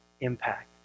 impact